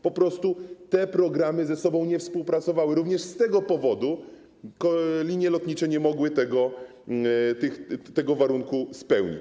Po prostu te programy ze sobą nie współpracowały i również z tego powodu linie lotnicze nie mogły tego warunku spełnić.